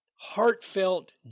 heartfelt